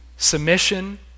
Submission